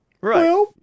Right